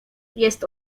jest